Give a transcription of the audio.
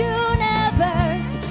universe